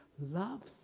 loves